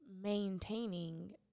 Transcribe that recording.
maintaining